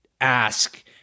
Ask